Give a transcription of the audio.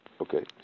Okay